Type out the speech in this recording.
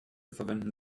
verwenden